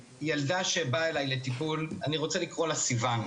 ילדה שבאה אליי לטיפול, אני רוצה לקרוא לה סיוון.